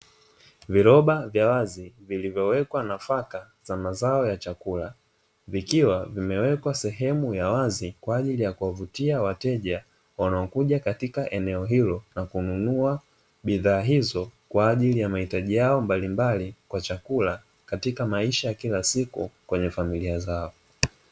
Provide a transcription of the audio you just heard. Viroba vya wazi vilivyowekwa nafaka za mazao ya chakula, vikiwa vimewekwa sehemu ya wazi kwa ajili ya kuwavutia wateja wanaokuja katika eneo hilo na kununua bidhaa hizo kwa ajili ya mahitaji yao mbalimbali kwa chakula katika maisha ya kila siku kwenye familia zao.